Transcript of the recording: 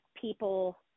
people